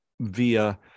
via